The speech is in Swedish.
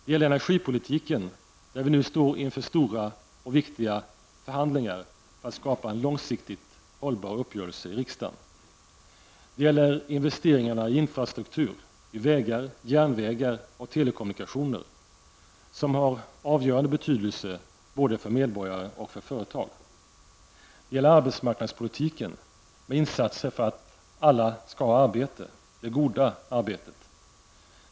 Det gäller energipolitiken, där vi nu står inför stora och viktiga förhandlingar för att skapa långsiktigt hållbara uppgörelser i riksdagen. Det gäller investeringarna i infrastruktur, i vägar, järnvägar och telekommunikationer, som har avgörande betydelse för både medborgare och företag. Det gäller arbetsmarknadspolitiken med insatser för att alla skall ha arbete, det goda arbetet.